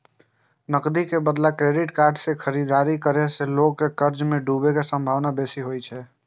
नकदी के बदला क्रेडिट कार्ड सं खरीदारी करै सं लोग के कर्ज मे डूबै के संभावना बेसी होइ छै